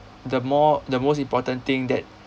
the more the most important thing that